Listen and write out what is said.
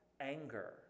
anger